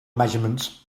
measurements